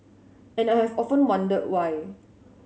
and I have often wondered why